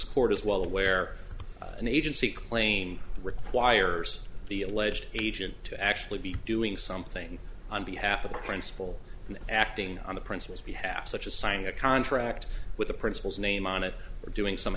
court is well aware an agency claim requires the alleged agent to actually be doing something on behalf of the principal acting on the principles behalf such as signing a contract with the principals name on it or doing some